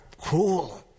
cruel